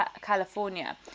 california